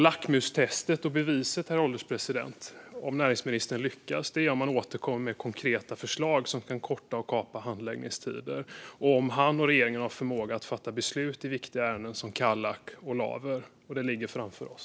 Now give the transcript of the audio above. Lackmustestet och beviset, herr ålderspresident, för om näringsministern lyckas är om man återkommer med konkreta förslag som kan förkorta och kapa handläggningstiderna och om han och regeringen har förmåga att fatta beslut i viktiga ärenden som Kallak och Laver. Detta ligger framför oss.